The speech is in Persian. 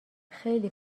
خیلی